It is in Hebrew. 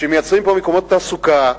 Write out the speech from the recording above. שמייצרים פה מקומות תעסוקה,